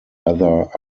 other